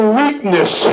weakness